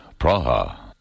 Praha